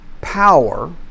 power